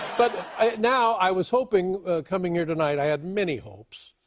but now, i was hoping coming here tonight, i had many hopes.